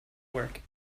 work